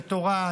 לתורה,